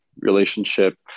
relationship